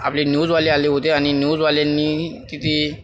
आपले न्यूजवाले आले होते आणि न्यूजवाल्यांनी तिथे